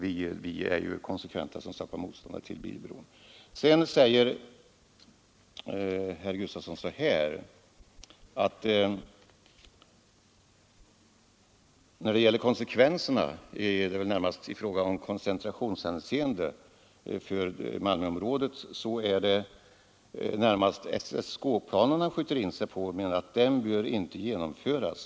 Vi är som sagt konsekventa motståndare till bilbron. När det gäller konsekvenserna i koncentrationshänseende för Malmöområdet sköt herr Sven Gustafson i Göteborg in sig på SSK-planen och menade att den inte bör genomföras.